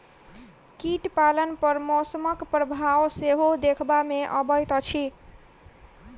कीट पालन पर मौसमक प्रभाव सेहो देखबा मे अबैत अछि